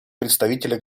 представители